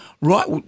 Right